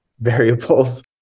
Variables